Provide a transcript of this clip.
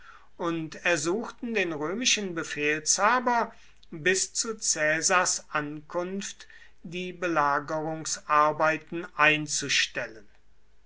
und ersuchten den römischen befehlshaber bis zu caesars ankunft die belagerungsarbeiten einzustellen